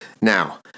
Now